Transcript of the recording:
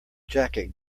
jacket